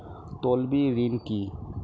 তলবি ঋন কি?